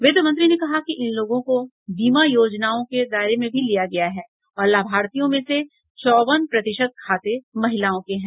वित्तमंत्री ने कहा कि इन लोगों को बीमा योजनाओं के दायरे में भी लिया किया गया है और लाभार्थियों में से चौवन प्रतिशत खाते महिलाओं के हैं